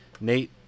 Nate